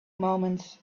moments